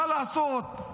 מה לעשות.